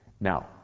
Now